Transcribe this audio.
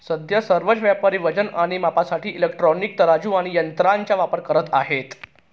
सध्या सर्वच व्यापारी वजन आणि मापासाठी इलेक्ट्रॉनिक तराजू आणि यंत्रांचा वापर करत आहेत